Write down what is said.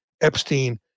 Epstein